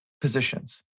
positions